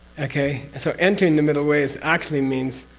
okay? so, entering the middle way is actually means,